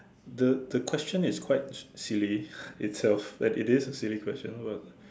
the the question is quite silly itself that it is a silly question but